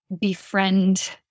befriend